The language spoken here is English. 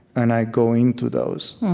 and i go into those.